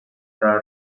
tra